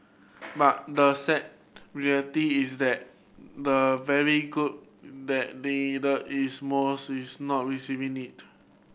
but the sad reality is that the very group that needed its most is not receiving it